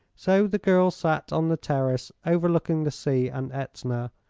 so the girls sat on the terrace overlooking the sea and etna,